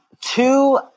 Two